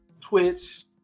Twitch